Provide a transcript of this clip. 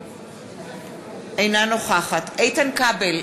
אינה נוכחת איתן כבל,